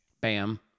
Bam